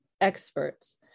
experts